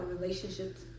relationships